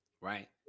Right